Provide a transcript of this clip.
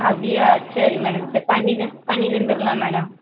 அப்படியா சரி மேடம் சரி பண்ணி பண்ணி தந்துடலாம் மேடம்